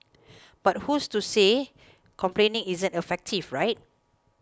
but who's to say complaining isn't effective right